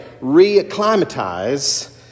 re-acclimatize